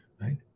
Right